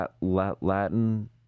Latin